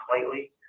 slightly